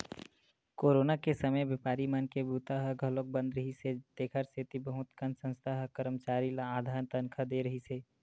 corona के समे बेपारी मन के बूता ह घलोक बंद रिहिस हे तेखर सेती बहुत कन संस्था ह करमचारी ल आधा तनखा दे रिहिस हे